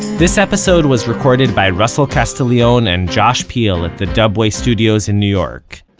this episode was recorded by russell castiglione and josh piel at the dubway studios in new york,